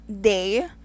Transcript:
day